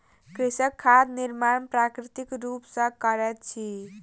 कृषक खाद निर्माण प्राकृतिक रूप सॅ करैत अछि